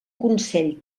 consell